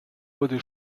wurde